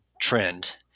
trend